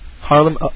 Harlem